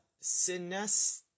sinest